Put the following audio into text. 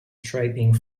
stripping